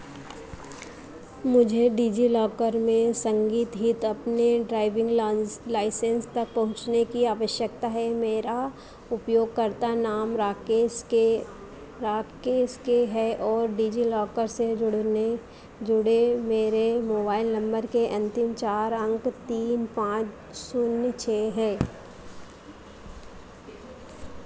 मुझे डिजिलॉकर में अपने ड्राइविंग लां लाइसेंस तक पहुँचने की आवश्यकता है मेरा उपयोगकर्ता नाम राकेश के राकेश के है और डिजिलॉकर से जुड़ने जुड़े मेरे मोबाइल नंबर के अंतिम चार अंक तीन पाँच शून्य छः हैं